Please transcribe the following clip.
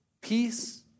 peace